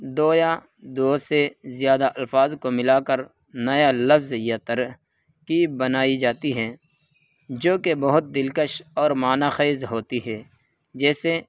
دو یا دو سے زیادہ الفاظ کو ملا کر نیا لفظ یا ترکیب بنائی جاتی ہے جو کہ بہت دلکش اور معنی خیز ہوتی ہے جیسے